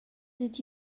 did